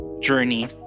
journey